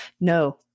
No